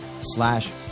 slash